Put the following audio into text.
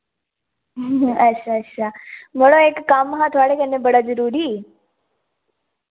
अच्छा अच्छा मड़ो इक कम्म हा थुआढ़े कन्नै बड़ा जरुरी